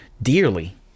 Dearly